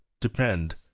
depend